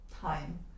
time